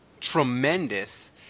tremendous